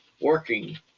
working